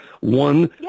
One